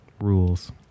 rules